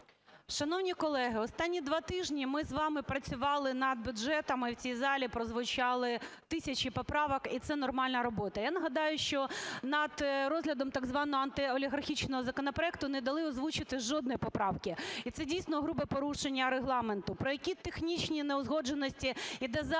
Шановні колеги, останні два тижні ми з вами працювали над бюджетом, і в цій залі прозвучали тисячі поправок, і це нормальна робота. Я нагадаю, що над розглядом так званого антиолігархічного законопроекту не дали озвучити жодної поправки. І це дійсно грубе порушення Регламенту. Про які технічні неузгодженості йде мова